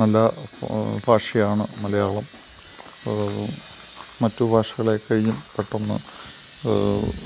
നല്ല ഭാഷയാണ് മലയാളം മറ്റ് ഭാഷകളെക്കഴിഞ്ഞും പെട്ടന്ന്